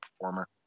performer